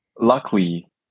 luckily